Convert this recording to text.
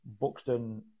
Buxton